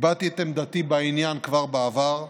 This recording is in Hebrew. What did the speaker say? הבעתי את עמדתי בעניין כבר בעבר,